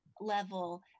level